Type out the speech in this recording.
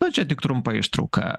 na čia tik trumpa ištrauka